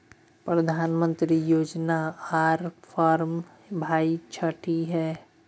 प्रधानमंत्री योजना आर फारम भाई छठी है?